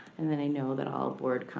and then i know that all board,